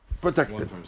protected